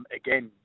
again